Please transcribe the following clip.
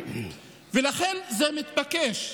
לכן, זה מתבקש.